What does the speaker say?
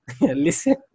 listen